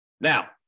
Now